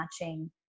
matching